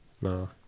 No